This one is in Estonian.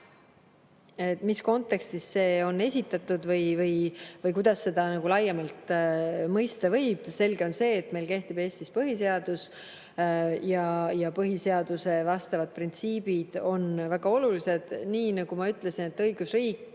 mis kontekstis see on esitatud või kuidas seda laiemalt mõista võib. Selge on see, et meil kehtib Eestis põhiseadus ja põhiseaduse vastavad printsiibid on väga olulised. Nii nagu ma ütlesin, meil on tugev õigusriik,